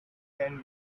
can